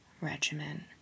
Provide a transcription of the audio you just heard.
regiment